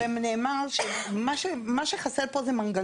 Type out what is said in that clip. מה שחסר פה זה מנגנון.